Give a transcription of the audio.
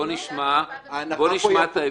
כאן אנחנו מדברים על הרשעות,